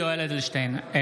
(קורא בשמות חברי הכנסת) יולי יואל אדלשטיין,